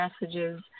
messages